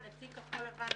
מבקר המדינה